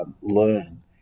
learn